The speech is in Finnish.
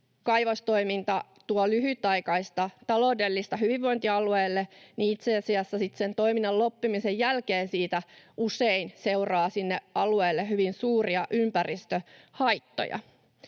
kaivostoiminta tuo lyhytaikaista taloudellista hyvinvointia alueelle, niin itse asiassa sitten sen toiminnan loppumisen jälkeen siitä usein seuraa sinne alueelle hyvin suuria ympäristöhaittoja.